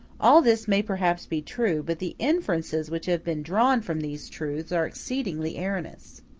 all this may perhaps be true but the inferences which have been drawn from these truths are exceedingly erroneous.